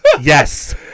yes